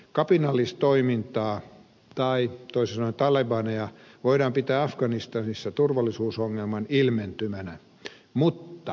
kapinallistoimintaa tai talebaneja voidaan pitää afganistanissa turvallisuusongelman ilmentymänä mutta ei syynä